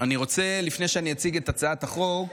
לפני שאציג את הצעת החוק,